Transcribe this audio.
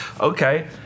okay